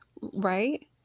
right